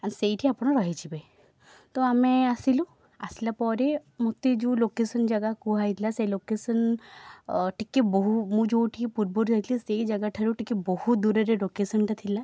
ଆଉ ସେଇଠି ଆପଣ ରହିଯିବେ ତ ଆମେ ଆସିଲୁ ଆସିଲା ପରେ ମୋତେ ଯେଉଁ ଲୋକେଶନ୍ ଜାଗା କୁହା ହେଇଥିଲା ସେ ଲୋକେଶନ୍ ଅ ଟିକିଏ ବହୁ ମୁଁ ଯେଉଁଠି ପୂର୍ବରୁ ଯାଇଥିଲି ସେଇ ଜାଗାଠାରୁ ଟିକିଏ ବହୁତ ଦୂରରେ ଲୋକେଶନ୍ଟା ଥିଲା